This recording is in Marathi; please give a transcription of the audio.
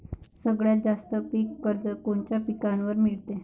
सगळ्यात जास्त पीक कर्ज कोनच्या पिकावर मिळते?